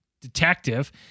detective